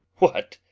what?